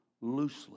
loosely